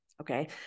okay